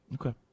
Okay